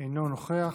אינו נוכח,